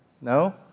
No